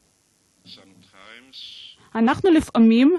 אנחנו, לפעמים,